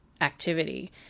activity